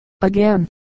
again